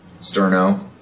Sterno